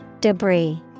Debris